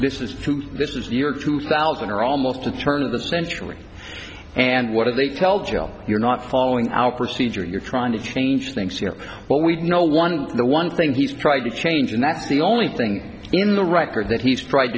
this is this is the year two thousand are almost the turn of the century and what do they tell jail you're not following our procedure you're trying to change things here what we've no one the one thing he's tried to change and that's the only thing in the record that he's tried